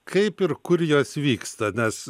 kaip ir kur jos vyksta nes